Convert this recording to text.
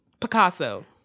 Picasso